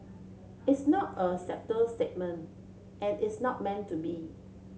it's not a subtle statement and it's not meant to be